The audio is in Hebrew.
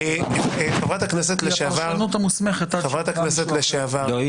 זו הפרשנות המוסמכת עד --- לא.